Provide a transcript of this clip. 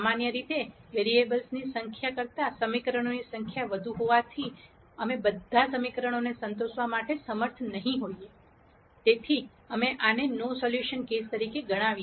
સામાન્ય રીતે વેરિયેબલની સંખ્યા કરતા સમીકરણોની સંખ્યા વધુ હોવાથી અમે બધાં સમીકરણોને સંતોષવા માટે સમર્થ નહીં હોઈએ તેથી અમે આને નો સોલ્યુશન કેસ તરીકે ગણાવી